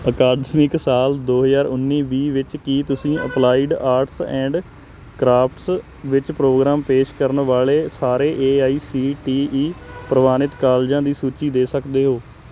ਅਕਾਦਮਿਕ ਸਾਲ ਦੋ ਹਜ਼ਾਰ ਉੱਨੀ ਵੀਹ ਵਿੱਚ ਕੀ ਤੁਸੀਂ ਅਪਲਾਈਡ ਆਰਟਸ ਐਂਡ ਕਰਾਫਟਸ ਵਿੱਚ ਪ੍ਰੋਗਰਾਮ ਪੇਸ਼ ਕਰਨ ਵਾਲੇ ਸਾਰੇ A I C T E ਪ੍ਰਵਾਨਿਤ ਕਾਲਜਾਂ ਦੀ ਸੂਚੀ ਦੇ ਸਕਦੇ ਹੋ